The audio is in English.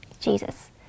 Jesus